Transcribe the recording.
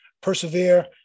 Persevere